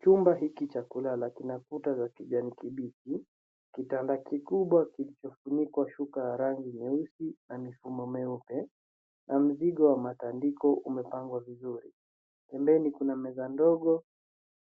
Chumba hiki cha kulala kina kuta za kijani kibichi, kitanda kikubwa kikifunikwa shuka ya rangi nyeusi na mifumo mweupe na mzigo wa matandiko umepangwa vizuri. Pembeni kuna meza ndogo